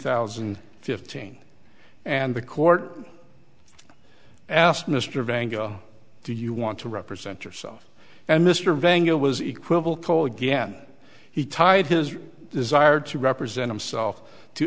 thousand and fifteen and the court asked mr vango do you want to represent yourself and mr van gogh was equivocal again he tied his desire to represent himself to